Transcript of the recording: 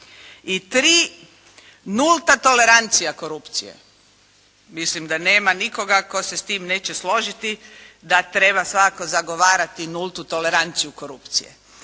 I tri, nulta tolerancija korupcije. Mislim da nema nikoga tko se sa time neće složiti da treba svakako zagovarati nultu toleranciju korupcije,